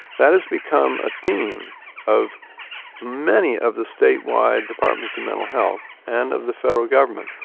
that has become a theme of many of the state-wide departments of mental health and of the federal government.